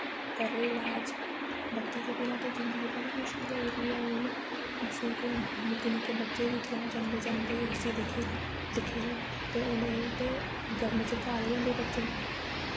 करे ईलाज बत्ती दे बिना ते जिंदगी बड़ी मुश्किल होई दी ऐ हून असें के निक्के निक्के बच्चे दिक्खी लैओ जमदे जमदे एसी दिक्खे दे दिक्खे दे ते हून ते गर्मी च काह्ल गै होई जंदे बच्चे